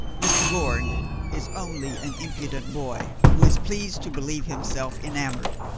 mr. bourne is only an impudent boy who is pleased to believe himself enamored,